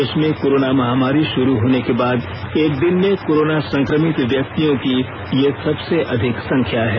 देश में कोरोना महामारी शुरू होने के बाद एक दिन में कोरोना संक्रमित व्यक्तियों की ये सबसे अधिक संख्या है